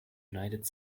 united